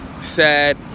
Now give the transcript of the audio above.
sad